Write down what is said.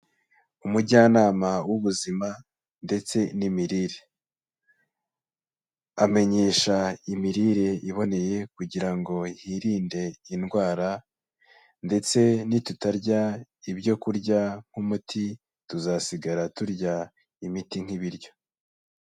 Umujyanama w'ubuzima ndetse n'imirire, amenyesha imirire iboneye kugira ngo hirinde indwara ndetse nitutarya ibyo kurya nk'umuti tuzasigara turya imiti nk'ibiryo.